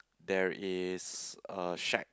there is a shack